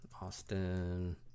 austin